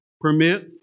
permit